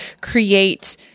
create